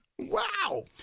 Wow